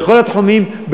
בכל התחומים,